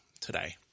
today